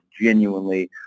genuinely